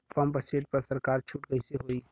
Pump set पर सरकार छूट कईसे होई?